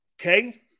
Okay